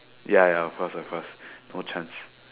ya ya of course of course no chance